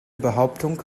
behauptung